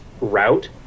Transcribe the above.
route